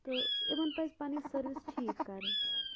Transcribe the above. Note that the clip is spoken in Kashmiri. تہٕ یِمَن پَزِ پَنٕنۍ سٔروِس ٹھیٖک کَرٕنۍ